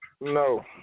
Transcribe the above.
No